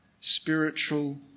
spiritual